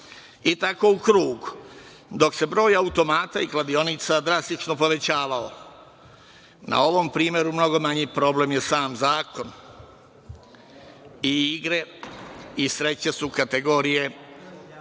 i tako u krug, dok se broj automata i kladionica drastično povećavao. Na ovom primeru mnogo manji problem je sam zakon i igre i sreća su kategorije